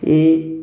ਇਹ